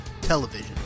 television